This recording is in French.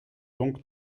donc